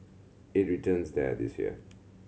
it returns there this year